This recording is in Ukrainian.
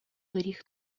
доріг